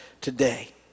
today